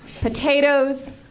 potatoes